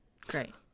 Great